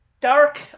dark